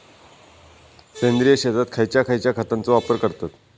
सेंद्रिय शेतात खयच्या खयच्या खतांचो वापर करतत?